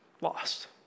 lost